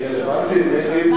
היא רלוונטית?